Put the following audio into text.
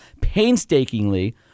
painstakingly